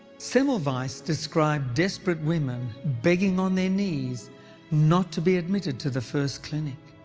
semmelweis so described desperate women begging on their knees not to be admitted to the first clinic.